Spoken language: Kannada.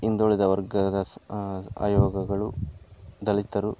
ಹಿಂದುಳಿದ ವರ್ಗದ ಸ್ ಆಯೋಗಗಳು ದಲಿತರು